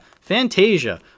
Fantasia